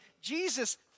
Jesus